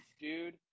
dude